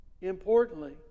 importantly